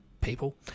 People